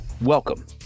Welcome